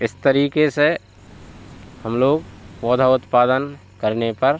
इस तरीक़े से हम लोग पौधा उत्पादन करने पर